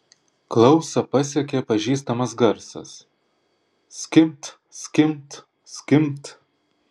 klausą pasiekė pažįstamas garsas skimbt skimbt skimbt